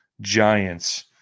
giants